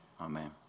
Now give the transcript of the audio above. amen